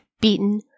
beaten